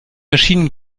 maschinen